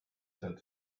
said